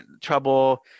trouble